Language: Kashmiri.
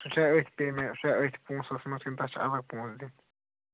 سُہ چھا أتھۍ پے مےٚ سُہ چھا أتھۍ پونٛسَس منٛز کِنہٕ تَتھ چھِ الگ پونٛسہٕ دِنۍ